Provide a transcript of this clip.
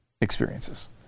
experiences